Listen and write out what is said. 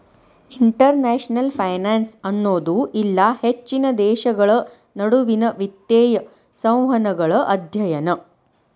international finance ಅನ್ನೋದು ಇಲ್ಲಾ ಹೆಚ್ಚಿನ ದೇಶಗಳ ನಡುವಿನ್ ವಿತ್ತೇಯ ಸಂವಹನಗಳ ಅಧ್ಯಯನ